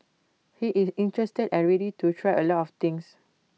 he is interested and ready to try A lot of things